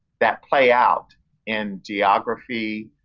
that play out in geography,